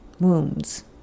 wounds